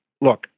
look